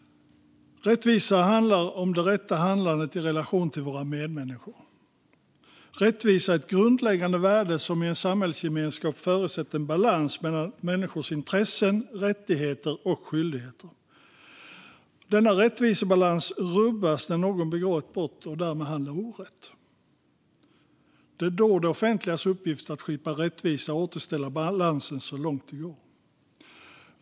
Rättvisa handlar om det rätta handlandet i relation till våra medmänniskor. Rättvisa är ett grundläggande värde som i en samhällsgemenskap förutsätter en balans mellan människors intressen, rättigheter och skyldigheter. Denna rättvisebalans rubbas när någon begår ett brott och därmed handlar orätt. Det är då det offentligas uppgift att skipa rättvisa och återställa balansen så långt det är möjligt.